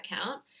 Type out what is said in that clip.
account